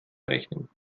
berechnen